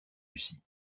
lucie